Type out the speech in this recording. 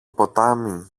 ποτάμι